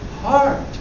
heart